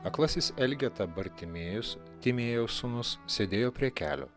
aklasis elgeta bartimiejus timėjaus sūnus sėdėjo prie kelio